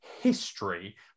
history